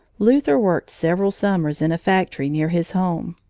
luther worked several summers in a factory near his home.